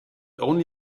only